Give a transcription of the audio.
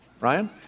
Ryan